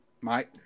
mike